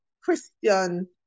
Christian